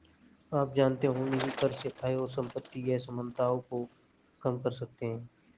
आप जानते होंगे की कर से आय और सम्पति की असमनताओं को कम कर सकते है?